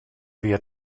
via